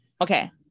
Okay